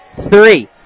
three